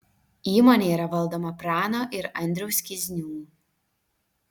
įmonė yra valdoma prano ir andriaus kiznių